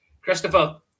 Christopher